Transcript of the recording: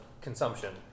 consumption